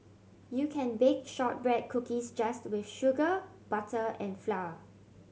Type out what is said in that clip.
you can bake shortbread cookies just with sugar butter and flour